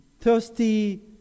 thirsty